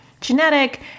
genetic